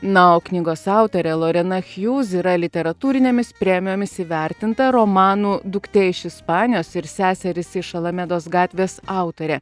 na o knygos autorė lorena hjuz yra literatūrinėmis premijomis įvertinta romanų duktė iš ispanijos ir seserys iš alamedos gatvės autorė